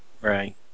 right